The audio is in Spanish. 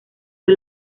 fue